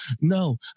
No